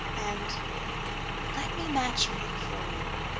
and let me match-make for you.